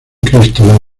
cristo